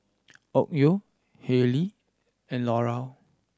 Onkyo Haylee and Laurier